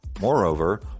Moreover